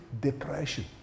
depression